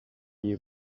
you